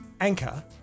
Anchor